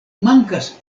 mankas